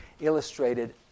illustrated